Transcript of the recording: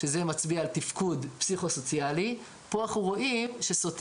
- שזה מצביע על תפקוד פסיכוסוציאלי שסוטריה